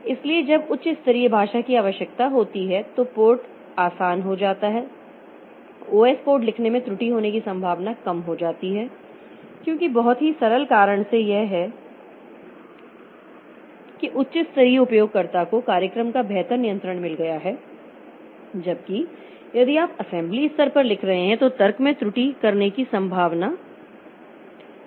इसलिए जब उच्च स्तरीय भाषा की आवश्यकता होती है तो पोर्ट आसान हो जाता है OS कोड लिखने में त्रुटि होने की संभावना कम हो जाती है क्योंकि बहुत ही सरल कारण से यह है कि उच्च स्तरीय उपयोगकर्ता को कार्यक्रम का बेहतर नियंत्रण मिल गया है जबकि यदि आप असेंबली स्तर पर लिख रहे हैं तो तर्क में त्रुटि करने की संभावना अधिक है